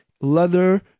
leather